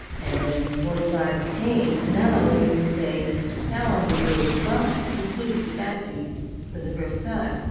and then rule forty five changed not only to say calendar days, but included statutes for the first time.